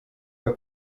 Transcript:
que